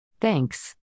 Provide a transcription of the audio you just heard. Thanks